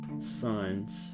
sons